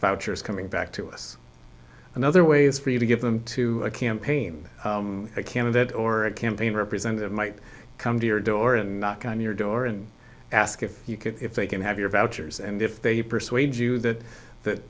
yours coming back to us another way is for you to give them to a campaign candidate or a campaign representative might come to your door and knock on your door and ask if you could if they can have your vouchers and if they persuade you that